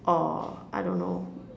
or I don't know